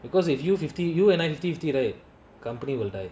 because if you fifty you and I fifty fifty right company will die